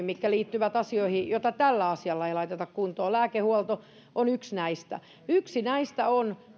mitkä liittyvät asioihin joita tällä asialla ei laiteta kuntoon lääkehuolto on yksi näistä yksi näistä on myös